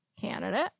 candidate